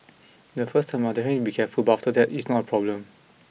the first time I'll definitely be careful but after that it's not a problem